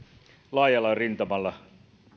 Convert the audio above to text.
laajalla rintamalla